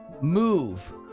Move